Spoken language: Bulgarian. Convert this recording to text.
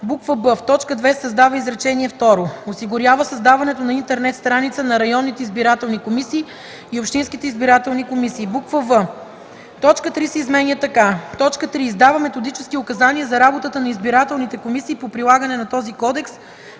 си”; б) в т. 2 се създава изречение второ: „Осигурява създаването на интернет страница на районните избирателни комисии и общинските избирателни комисии.”; в) точка 3 се изменя така: „3. издава методически указания за работата на избирателните комисии по прилагане на този кодекс